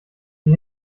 die